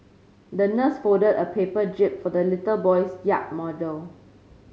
the nurse folded a paper jib for the little boy's yacht model